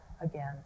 again